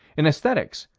in aesthetics,